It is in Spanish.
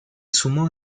zumo